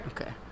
Okay